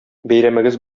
бәйрәмегез